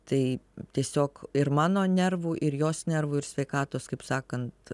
tai tiesiog ir mano nervų ir jos nervų ir sveikatos kaip sakant